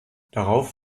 darauf